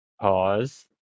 Pause